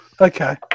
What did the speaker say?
Okay